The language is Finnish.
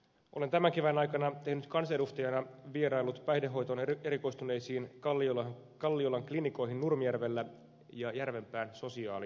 olen tämän kevään aikana kansanedustajana vieraillut päihdehoitoon erikoistuneisiin kallio lan klinikkaan nurmijärvellä ja järvenpään sosiaalisairaalaan